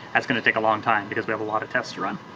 that's gonna take a long time because we have a lot of tests to run.